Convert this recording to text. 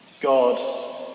God